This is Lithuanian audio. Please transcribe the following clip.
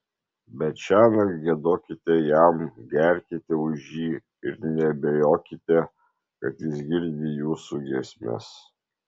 bet šiąnakt giedokite jam gerkite už jį ir neabejokite kad jis girdi jūsų giesmes